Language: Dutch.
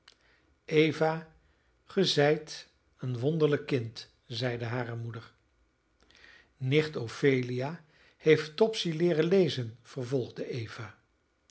eva ge zijt een wonderlijk kind zeide hare moeder nicht ophelia heeft topsy leeren lezen vervolgde eva